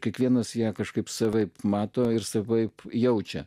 kiekvienas ją kažkaip savaip mato ir savaip jaučia